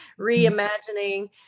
reimagining